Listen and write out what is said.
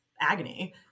agony